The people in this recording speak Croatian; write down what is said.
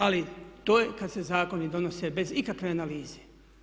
Ali to je kad se zakoni donose bez ikakve analize.